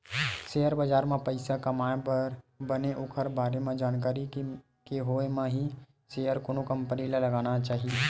share बजार म पइसा कमाए बर बने ओखर बारे म जानकारी के होय म ही सेयर कोनो कंपनी म लगाना चाही